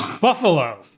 Buffalo